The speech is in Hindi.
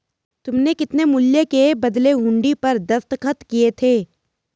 तुमने कितने मूल्य के बदले हुंडी पर दस्तखत किए थे?